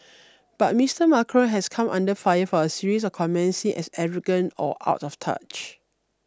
but Mister Macron has come under fire for a series of comments seen as arrogant or out of touch